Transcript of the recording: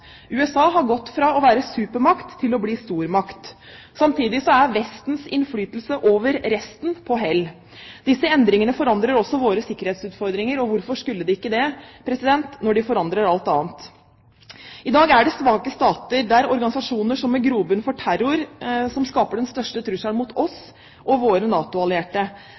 USA har gått fra å være supermakt til å bli stormakt. Samtidig er Vestens innflytelse over resten på hell. Disse endringene forandrer også våre sikkerhetsutfordringer. Og hvorfor skulle de ikke det, når de forandrer alt annet? I dag er det svake stater med organisasjoner med grobunn for terror som skaper den største trusselen mot oss og våre